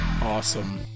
Awesome